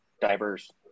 diverse